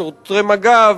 שוטרי מג"ב,